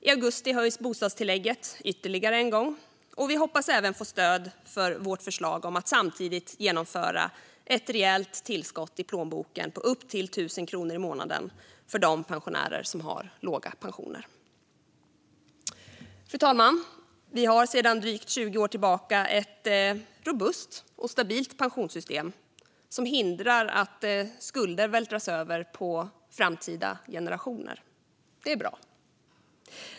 I augusti höjs bostadstillägget ytterligare en gång, och vi hoppas även få stöd för vårt förslag om att samtidigt genomföra ett rejält tillskott i plånboken på upp till 1 000 kronor i månaden för de pensionärer som har låga pensioner. Fru talman! Vi har sedan drygt 20 år tillbaka ett robust och stabilt pensionssystem som hindrar att skulder vältras över på framtida generationer. Det är bra.